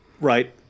right